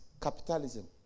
Capitalism